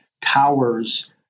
towers